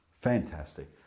Fantastic